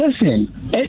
Listen